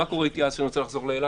מה קורה אתי אז כשאני רוצה לחזור לאילת?